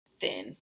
thin